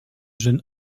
jeune